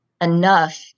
enough